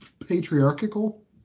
patriarchal